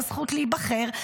הזכות להיבחר,